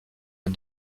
est